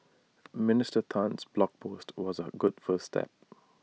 Minister Tan's blog post was A good first step